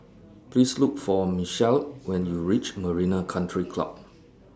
Please Look For Michel when YOU REACH Marina Country Club